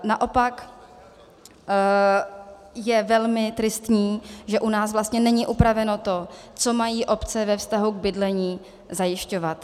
Naopak je velmi tristní, že u nás vlastně není upraveno to, co mají obce ve vztahu k bydlení zajišťovat.